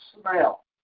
smell